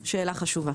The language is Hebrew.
שאלה חשו בה.